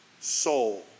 soul